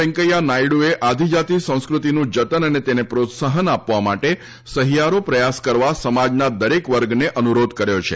વૈંકેયા નાયડુએ આદિજાતિ સંસ્કૃતિનું જતન અને તેને પ્રોત્સાફન આપવા માટે સહિયારો પ્રયાસ કરવા સમાજના દરેક વર્ગને અનુરોધ કર્યો છે